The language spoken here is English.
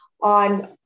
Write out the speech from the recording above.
on